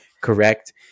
correct